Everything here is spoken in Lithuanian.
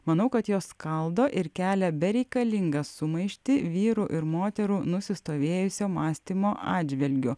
manau kad jos skaldo ir kelia bereikalingą sumaištį vyrų ir moterų nusistovėjusio mąstymo atžvilgiu